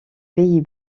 pays